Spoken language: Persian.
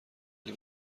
ولی